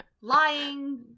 lying